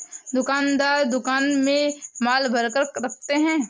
दुकानदार दुकान में माल भरकर रखते है